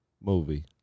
movie